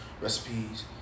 recipes